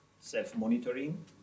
self-monitoring